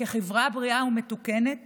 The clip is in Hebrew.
כחברה בריאה ומתוקנת